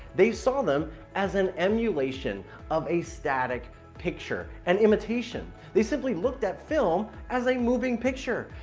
they saw them as an emulation of a static picture, an imitation. they simply looked at film as a moving picture.